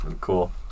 Cool